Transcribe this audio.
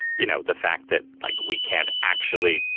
you know, the fact that like we can't actually,